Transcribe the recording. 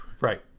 Right